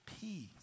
peace